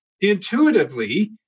intuitively